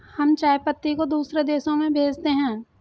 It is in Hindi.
हम चाय पत्ती को दूसरे देशों में भेजते हैं